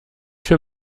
für